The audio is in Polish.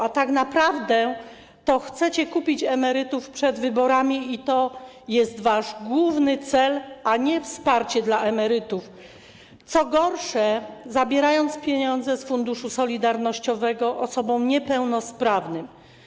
A tak naprawdę to chcecie kupić emerytów przed wyborami - i to jest wasz główny cel, a nie wsparcie dla emerytów - co gorsze, zabierając pieniądze z Funduszu Solidarnościowego osobom niepełnosprawnym.